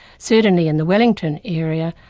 certainly in the wellington area,